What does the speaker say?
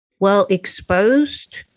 well-exposed